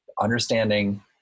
understanding